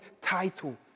title